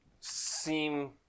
seem